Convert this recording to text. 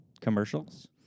commercials